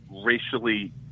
racially